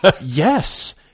yes